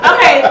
Okay